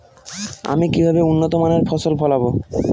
আমি কিভাবে উন্নত মানের ফসল ফলাব?